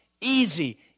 easy